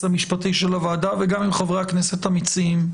המשפטי של הוועדה וגם עם חברי הכנסת המציעים,